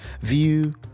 view